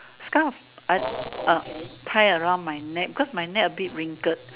scarf uh uh tie around my neck because my neck a bit wrinkled